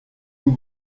nous